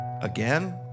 again